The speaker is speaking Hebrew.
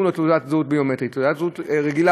לו תעודת זהות ביומטרית אלא תעודת זהות רגילה,